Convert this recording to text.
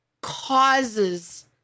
causes